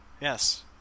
Yes